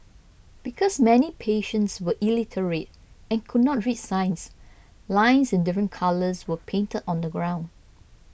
because many patients were illiterate and could not read signs lines in different colours were painted on the ground